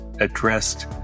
addressed